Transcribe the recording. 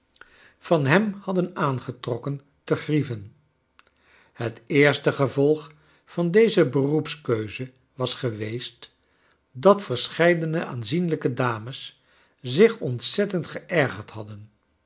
van hem hadden aangetrokken te grieven het eerste gevolg van deze beroepskeuze was geweest dat verscheidene aanzieniijke dames zich ontzettend gcergerd haddon